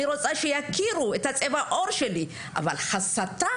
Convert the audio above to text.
אני רוצה שיכירו את צבע העור שלי, אבל הסתה?